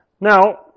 Now